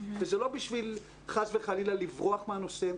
וזה לא בשביל חס וחלילה לברוח מהנושא,